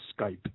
Skype